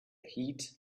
heat